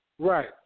Right